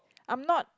I'm not